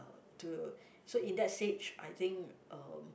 to so in that stage I think um